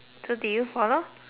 so did you follow